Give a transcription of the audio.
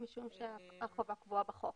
משום שהחובה קבועה בחוק.